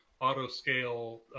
auto-scale